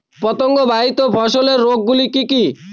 পতঙ্গবাহিত ফসলের রোগ গুলি কি কি?